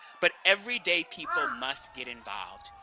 but everyday people must get involved.